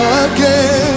again